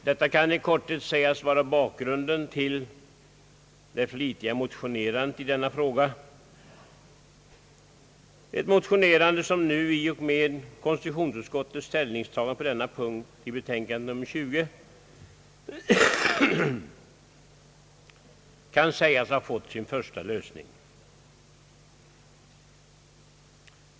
Detta kan i korthet sägas vara bakgrunden till det flitiga motionsskrivandet i denna fråga, vilket nu i och med konstitutionsutskottets ställningstagande på denna punkt i betänkandet nr 20 kan sägas ha fått sin första lösning.